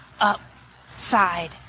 upside